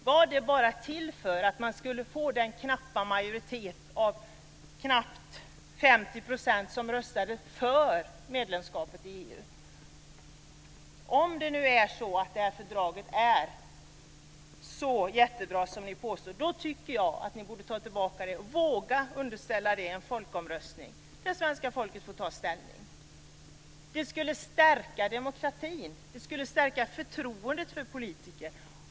Var den bara till för att man skulle få en majoritet på knappt 50 % som röstade för medlemskapet i EU? Om det här fördraget är så jättebra som ni påstår tycker jag att ni borde ta tillbaka det och våga låta svenska folket ta ställning i en folkomröstning. Det skulle stärka demokratin. Det skulle stärka förtroendet för politiker.